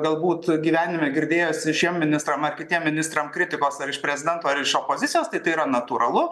galbūt gyvenime girdėjosi šiem ministrams ar kitiem ministram kritikos ar iš prezidento ar iš opozicijos tai tai yra natūralu